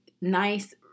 nice